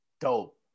Dope